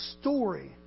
story